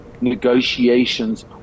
negotiations